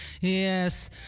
Yes